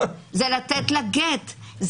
זה לתת לה גט.